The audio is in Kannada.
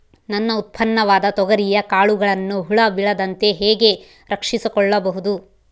ನನ್ನ ಉತ್ಪನ್ನವಾದ ತೊಗರಿಯ ಕಾಳುಗಳನ್ನು ಹುಳ ಬೇಳದಂತೆ ಹೇಗೆ ರಕ್ಷಿಸಿಕೊಳ್ಳಬಹುದು?